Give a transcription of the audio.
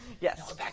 Yes